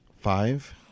Five